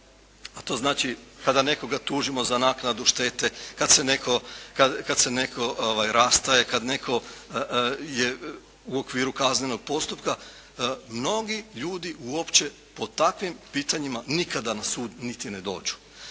a to znači kada nekoga tužimo za naknadu štete, kad se netko rastaje, kad netko je u okviru kaznenog postupka. Mnogi ljudi uopće po takvim pitanjima nikada na sud niti ne dođu.